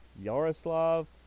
Yaroslav